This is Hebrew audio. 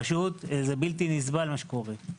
פשוט זה בלתי נסבל מה שקורה.